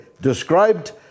described